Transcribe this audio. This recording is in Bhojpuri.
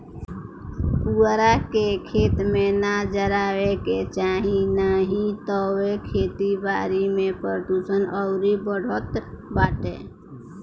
पुअरा के, खेत में ना जरावे के चाही नाही तअ खेती बारी में प्रदुषण अउरी बढ़त बाटे